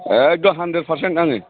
एखदम hundred percent आङो